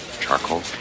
Charcoal